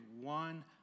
one